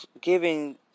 giving